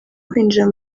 kwinjira